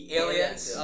aliens